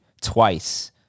twice